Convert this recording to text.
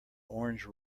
orange